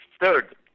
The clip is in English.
Third